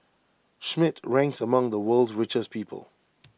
Schmidt ranks among the world's richest people